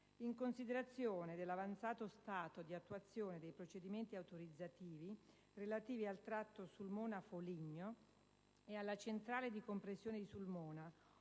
in considerazione dell'avanzato stato di attuazione dei procedimenti autorizzativi relativi al tratto Sulmona-Foligno e alla centrale di compressione di Sulmona.